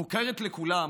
מוכרת לכולם